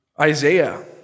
Isaiah